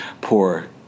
poor